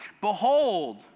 behold